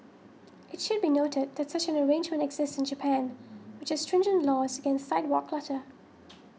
it should be noted that such an arrangement exists in Japan which has stringent laws against sidewalk clutter